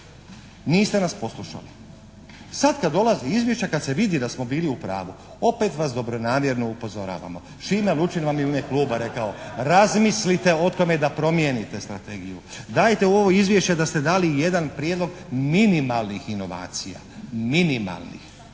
Niste nas poslušali. Sada kad dolazi izvješće, kada se vidi da smo bili u pravu, opet vas dobronamjerno upozoravamo. Šime Lučin vam je u ime kluba rekao, razmislite o tome da promijenite strategiju. Dajte u ovo izvješće da ste dali jedan prijedlog minimalnih inovacija, minimalnih.